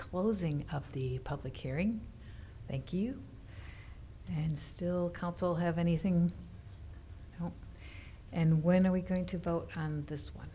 closing of the public hearing thank you and still counsel have anything and when are we going to vote on this one